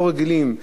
לא רגילים,